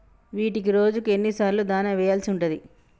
వీటికి రోజుకు ఎన్ని సార్లు దాణా వెయ్యాల్సి ఉంటది?